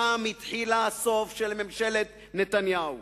שם התחיל הסוף של ממשלת נתניהו.